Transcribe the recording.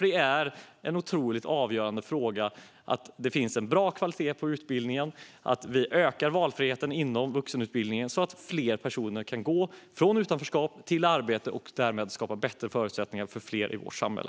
Det är en otroligt avgörande fråga att det är en bra kvalitet på utbildningen och att vi ökar valfriheten inom vuxenutbildningen så att fler personer kan gå från utanförskap till arbete. Därmed skapar vi bättre förutsättningar för fler i vårt samhälle.